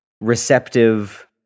receptive